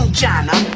China